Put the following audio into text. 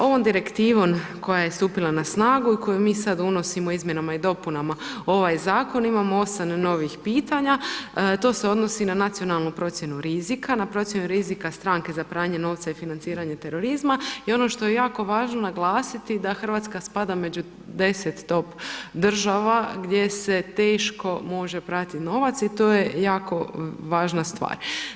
Ovom direktivom koja je stupila na snagu, koju mi sad unosimo izmjenama i dopunama ovaj zakon, imamo 8 novih pitanja, to se odnosi na nacionalnu procjenu rizika, na procjenu rizika stranke za pranje novca i financiranje terorizma i ono što je jako važno naglasiti da Hrvatska spada među 10 top država gdje se teško može prati novac i to je jako važna stvar.